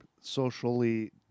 socially